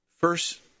First